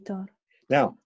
Now